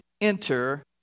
enter